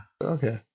Okay